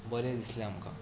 बरें दिसलें आमकां